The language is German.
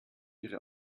ihre